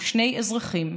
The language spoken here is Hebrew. ושני אזרחים,